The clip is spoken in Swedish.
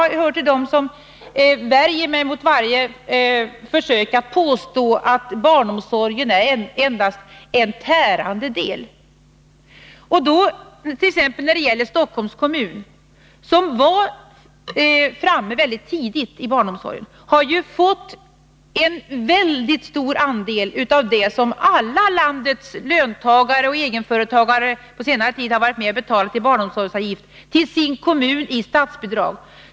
Jag hör till dem som värjer sig mot varje försök att påstå att barnomsorgen endast är en tärande del. Stockholms kommun, som var framme mycket tidigt i fråga om barnomsorgen, har ju fått en mycket stor andel av det som alla landets löntagare och egenföretagare på senare tid betalt i barnomsorgsavgift tillbaka i form av statsbidrag.